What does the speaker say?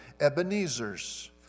Ebenezer's